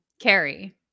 carrie